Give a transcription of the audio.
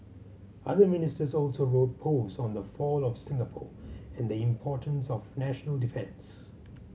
other Ministers also wrote post on the fall of Singapore and the importance of national defence